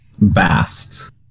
Bast